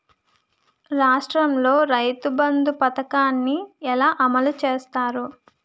రాష్ట్రంలో రైతుబంధు పథకాన్ని ఎలా అమలు చేస్తారు?